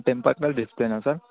temper glass డిస్ప్లేనా sir